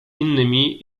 innymi